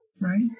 Right